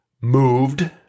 moved